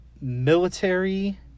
military